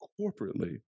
corporately